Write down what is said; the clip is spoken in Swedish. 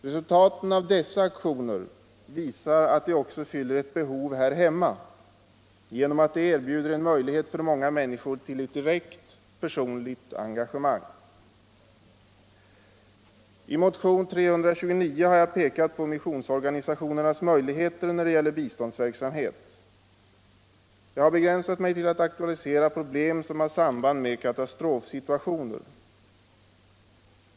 Resultaten av dessa aktioner visar att de också fyller ett behov här hemma genom att de erbjuder en möjlighet för många människor till ett direkt personligt engagemang. I motionen 329 har jag pekat på missionsorganisationernas möjligheter när det gäller biståndsverksamhet. Jag har begränsat mig till att aktualisera problem som har samband med katastrofsituationer.